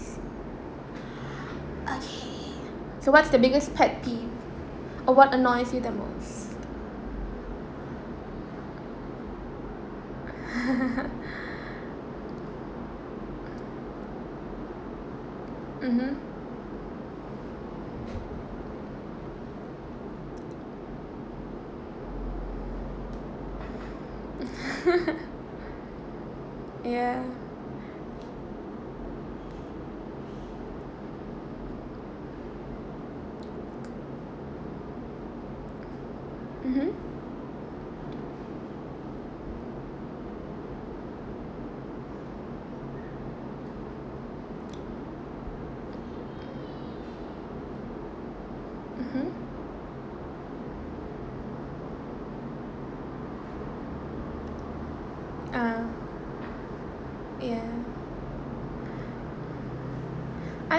okay so what's the biggest pet peeves and what annoys you the most mmhmm ya mmhmm mmhmm ah ya I